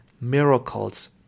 miracles